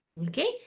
Okay